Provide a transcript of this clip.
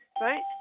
right